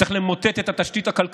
צריך למוטט את התשתית הכלכלית,